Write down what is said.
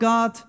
God